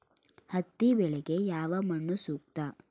ಹತ್ತಿ ಬೆಳೆಗೆ ಯಾವ ಮಣ್ಣು ಸೂಕ್ತ?